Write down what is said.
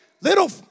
little